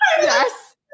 Yes